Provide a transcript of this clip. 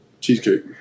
cheesecake